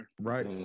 Right